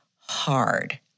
hard